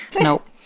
Nope